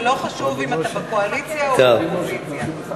ולא חשוב אם אתה בקואליציה או באופוזיציה.